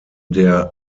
der